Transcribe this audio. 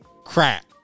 crap